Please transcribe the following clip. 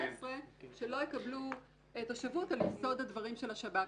שלא יקבלו תושבות על יסוד הדברים של השב"כ,